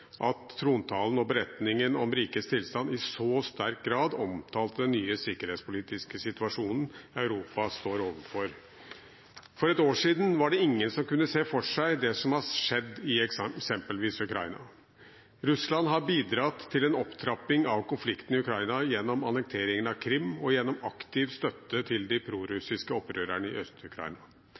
at trontalen og beretningen om rikets tilstand i så sterk grad omtalte den nye sikkerhetspolitiske situasjonen Europa står overfor. For et år siden var det ingen som kunne se for seg det som har skjedd i eksempelvis Ukraina. Russland har bidratt til en opptrapping av konflikten i Ukraina gjennom annekteringen av Krim og gjennom aktiv støtte til de prorussiske opprørerne i